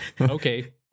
Okay